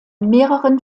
mehreren